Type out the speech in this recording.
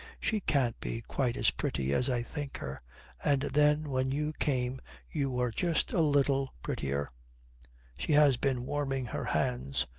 she can't be quite as pretty as i think her and then when you came you were just a little prettier she has been warming her hands.